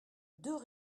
deux